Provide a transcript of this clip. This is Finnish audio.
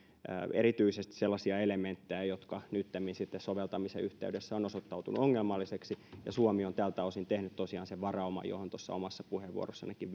erityisesti sellaisia elementtejä jotka nyttemmin soveltamisen yhteydessä ovat osoittautuneet ongelmallisiksi suomi on tältä osin tehnyt tosiaan sen varauman johon tuossa omassa puheenvuorossanikin